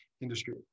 industry